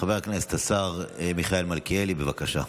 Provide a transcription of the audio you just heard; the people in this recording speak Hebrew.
חבר הכנסת השר מיכאל מלכיאלי, בבקשה.